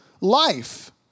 life